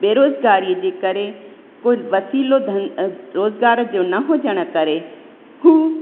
बेरोज़गारीअ जे करे कोई वसीलो धन रोज़गार जो न हुजण करे हू